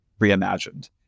reimagined